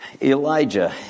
Elijah